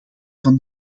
van